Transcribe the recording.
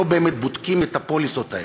לא באמת בודקים את הפוליסות האלה,